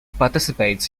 participates